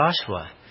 Joshua